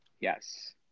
Yes